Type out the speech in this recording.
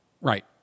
Right